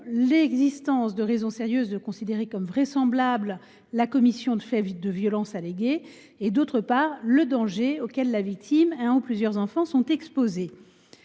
l’existence de raisons sérieuses de considérer comme vraisemblables, d’une part, la commission des faits de violence allégués et, d’autre part, le danger auquel la victime ou un ou plusieurs enfants sont exposés.